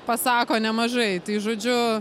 pasako nemažai tai žodžiu